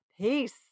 Peace